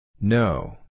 No